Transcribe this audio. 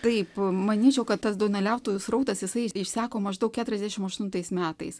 taip manyčiau kad tas duoneliautojų srautas jisai išseko maždaug keturiasdešimt aštuntais metais